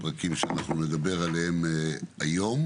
הפרקים שאנחנו נדבר עליהם היום.